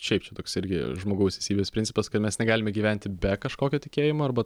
šiaip čia toks irgi žmogaus esybės principas kad mes negalime gyventi be kažkokio tikėjimo arba